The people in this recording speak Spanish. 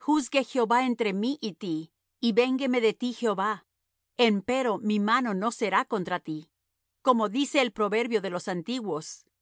juzgue jehová entre mí y ti y véngueme de ti jehová empero mi mano no será contra ti como dice el proverbio de los antiguos